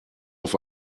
auf